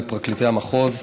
לפרקליטי המחוז,